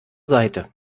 seite